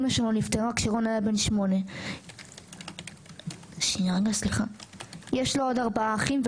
אמא שלו נפטרה כשרון היה בן 8. יש לו עוד ארבעה אחים,